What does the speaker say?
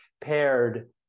paired